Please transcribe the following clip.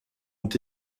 ont